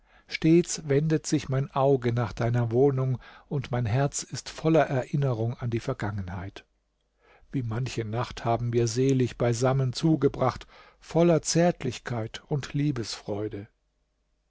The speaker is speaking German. stets wendet sich mein auge nach deiner wohnung und mein herz ist voller erinnerung an die vergangenheit wie manche nacht haben wir selig beisammen zugebracht voller zärtlichkeit und